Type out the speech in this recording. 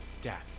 death